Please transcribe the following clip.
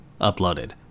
uploaded